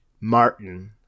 martin